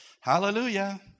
Hallelujah